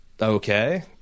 Okay